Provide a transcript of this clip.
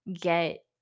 get